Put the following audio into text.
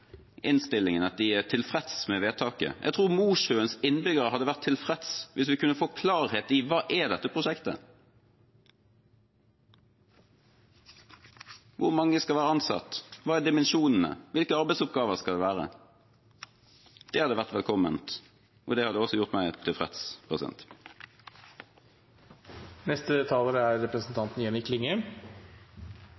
hva dette prosjektet er. Hvor mange skal være ansatt? Hva er dimensjonene? Hvilke arbeidsoppgaver skal det være? Det hadde vært velkomment, og det hadde også gjort meg tilfreds. Frølich var nok inne på eit anna tema no, det er